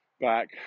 back